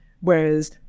whereas